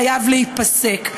חייבת להיפסק.